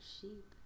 sheep